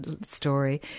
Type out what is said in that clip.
story